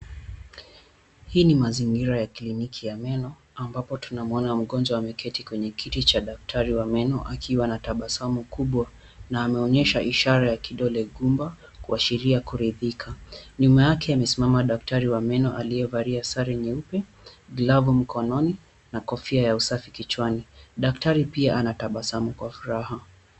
Hii ni mazingira ya kliniki ya meno. ambapo tunamuona mgonjwa ameketi kwenye kiti cha daktari wa meno, akiwa na tabasamu kubwa na ameonyesha ishara ya kidole gumba, kuashiria kuridhika. Nyuma yake amesimama daktari wa meno aliyevalia sare nyeupe, glavu mkononi na kofia ya usafu kichwani. Daktari pia anatabnasamu kwa furaha.